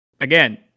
again